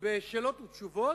בשאלות ותשובות,